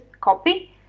copy